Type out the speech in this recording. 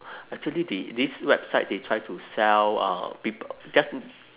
actually they this website they try to sell uh peop~ just